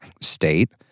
state